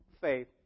faith